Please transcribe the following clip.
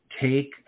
Take